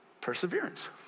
perseverance